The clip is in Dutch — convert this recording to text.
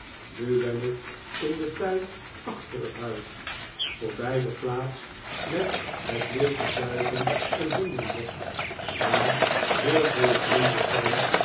nu ben ik in den tuin achter het huis voorbij de plaats met het leege duiven en hondenhok waar heel veel vlinders zijn